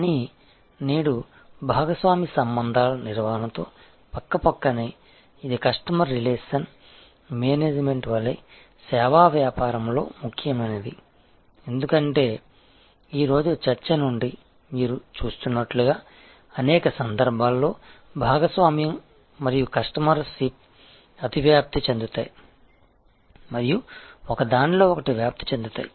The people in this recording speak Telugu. కానీ నేడు భాగస్వామి సంబంధాల నిర్వహణతో పక్కపక్కనే ఇది కస్టమర్ రిలేషన్ మేనేజ్మెంట్ వలె సేవా వ్యాపారంలో ముఖ్యమైనది ఎందుకంటే ఈ రోజు చర్చ నుండి మీరు చూస్తున్నట్లుగా అనేక సందర్భాల్లో భాగస్వామ్యం మరియు కస్టమర్ షిప్ అతివ్యాప్తి చెందుతాయి మరియు ఒక దానిలో ఒకటి వ్యాప్తి చెందుతాయి